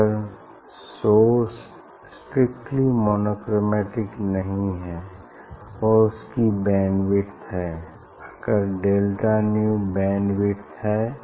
अगर source strictly monochromatic नहीं है और उसकी बैंड विड्थ है अगर डेल्टा न्यू बैंड विड्थ है